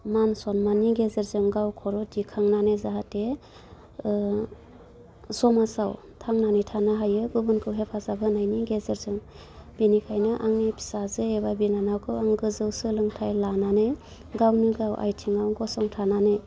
मान सम्माननि गेजेरजों गाव खर' दिखांनानै जाहाथे समाजाव थांनानै थानो हायो गुबुनखौ हेफाजाब होनायनि गेजेरजों बिनिखायनो आंनि फिसाजो एबा बिनानावखौ आं गोजौ सोलोंथाइ लानानै गावनो गाव आइथिंआव गसंथानानै